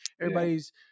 everybody's